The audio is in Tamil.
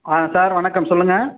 ஆ சார் வணக்கம் சொல்லுங்க